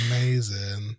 amazing